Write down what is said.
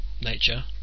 nature